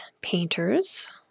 painters